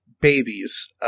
babies